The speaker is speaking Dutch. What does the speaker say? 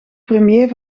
premier